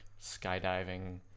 skydiving